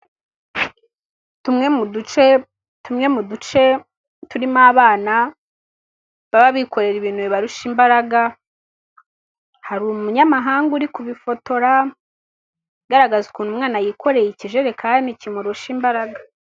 Tumwe mu duce, tumwe mu duce turimo abana baba bikorera ibintu bibarusha imbaraga, hari umunyamahanga uri kubifotora agaragaza ukuntu umwana yikoreye ikijerekani kimurusha imbaraga.